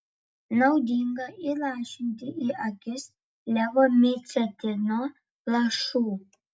naudinga įlašinti į akis levomicetino lašų